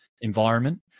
environment